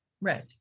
right